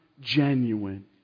genuine